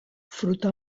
fruta